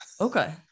Okay